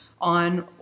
on